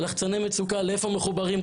לאיפה לחצני המצוקה מחוברים?